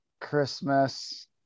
christmas